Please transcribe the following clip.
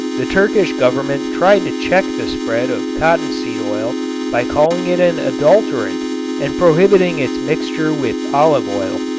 the turkish government tried to check the spread of cottonseed oil by calling it an adulterant and prohibiting its mixture with olive oil.